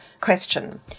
question